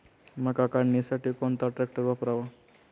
मका काढणीसाठी कोणता ट्रॅक्टर वापरावा?